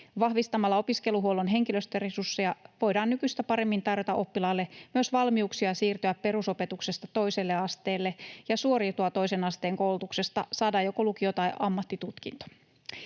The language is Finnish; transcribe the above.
Vahvistamalla opiskeluhuollon henkilöstöresursseja voidaan nykyistä paremmin tarjota oppilaalle myös valmiuksia siirtyä perusopetuksesta toiselle asteelle ja suoriutua toisen asteen koulutuksesta, saada joko lukio‑ tai ammattitutkinto.